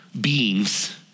beings